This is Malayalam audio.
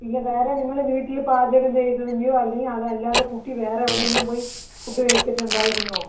ഇല്ല വേറെ നിങ്ങൾ വീട്ടിൽ പാചകം ചെയ്തതിൻ്റെയോ അല്ലെങ്കിൽ അത് അല്ലാതെ കുട്ടി വേറെ എവിടെയെങ്കിലും പോയി ഫുഡ്ഡ് കഴിച്ചിട്ടുണ്ടായിരുന്നോ